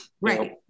right